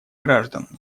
граждан